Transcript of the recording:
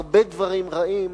הרבה דברים רעים,